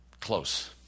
close